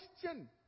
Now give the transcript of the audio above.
question